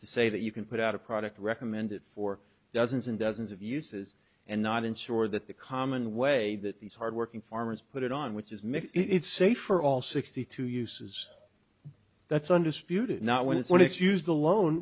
say that you can put out a product recommended for dozens and dozens of uses and not ensure that the common way that these hardworking farmers put it on which is mixed if say for all sixty two uses that's undisputed not when it's when it's used alone